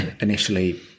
initially